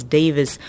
Davis